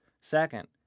Second